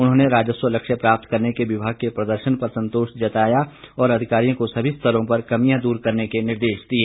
उन्होंने राजस्व लक्ष्य प्राप्त करने के विभाग के प्रदर्शन पर संतोष जताया और अधिकारियों को सभी स्तरों पर कमियां दूर करने के निर्देश दिए